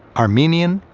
armenian,